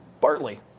Bartley